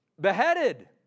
beheaded